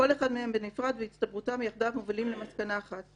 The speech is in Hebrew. כל אחד מהם בנפרד והצטברותם יחדיו מובילים למסקנה אחת כי